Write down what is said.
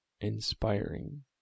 inspiring